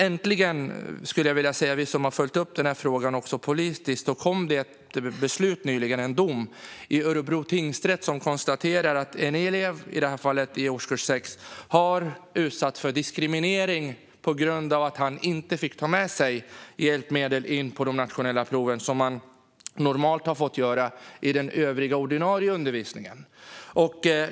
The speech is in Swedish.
Äntligen, vill jag som har följt denna fråga politiskt säga, kom det nyligen en dom i Örebro tingsrätt där det konstateras att en elev i årskurs 6 har utsatts för diskriminering på grund av att han inte fick ta med sig hjälpmedel in till de nationella proven, som han normalt fått göra vid den övriga, ordinarie undervisningen.